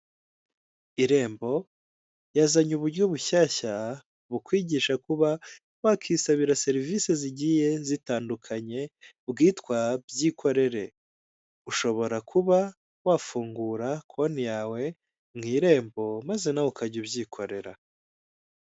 Irembo yazanye uburyo bushyashya bukwigisha kuba wakisabira serivisi zigiye zitandukanye, bwitwa byikorere. Ushobora kuba wafungura konti yawe mu Irembo, maze nawe ukajya ubyikorera.